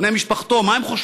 בני משפחתו, מה הם חושבים?